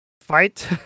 fight